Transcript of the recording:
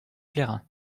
plérin